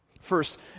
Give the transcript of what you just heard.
First